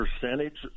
percentage